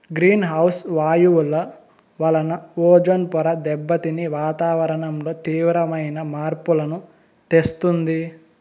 green house వాయువుల వలన ozone పొర దెబ్బతిని వాతావరణంలో తీవ్రమైన మార్పులను తెస్తుంది